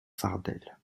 fardel